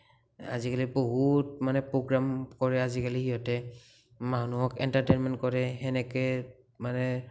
আজিকালি বহুত মানে প্ৰগ্ৰেম কৰে আজিকালি সিহঁতে মানুহক এণ্টাৰ্টেইনমেণ্ট কৰে সেনেকে মানে